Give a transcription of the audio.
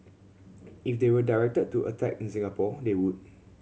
if they were directed to attack in Singapore they would